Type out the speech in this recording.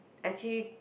actually